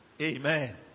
Amen